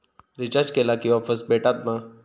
Recharge केला की offers भेटात मा?